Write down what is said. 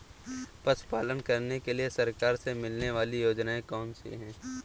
पशु पालन करने के लिए सरकार से मिलने वाली योजनाएँ कौन कौन सी हैं?